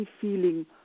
feeling